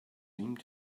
seemed